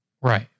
Right